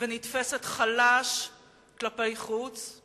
ונתפסת חלש כלפי חוץ,